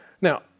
Now